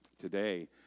today